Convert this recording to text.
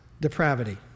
depravity